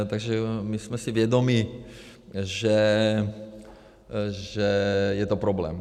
Takže my jsme si vědomi, že je to problém.